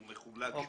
הוא מחולק שבועית,